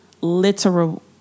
literal